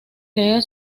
leer